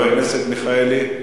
חבר הכנסת מיכאלי?